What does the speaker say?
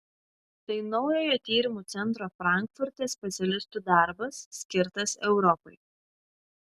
tai naujojo tyrimų centro frankfurte specialistų darbas skirtas europai